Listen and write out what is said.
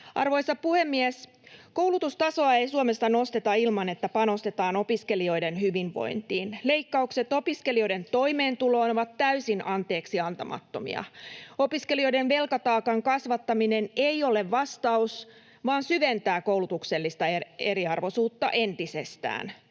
Arvoisa puhemies! Koulutustasoa ei Suomessa nosteta ilman, että panostetaan opiskelijoiden hyvinvointiin. Leikkaukset opiskelijoiden toimeentuloon ovat täysin anteeksiantamattomia. Opiskelijoiden velkataakan kasvattaminen ei ole vastaus vaan syventää koulutuksellista eriarvoisuutta entisestään.